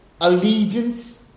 allegiance